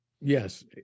Yes